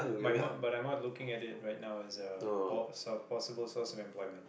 but I'm not but I'm not looking at it right now as a pos~ possible source of employment